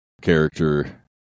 character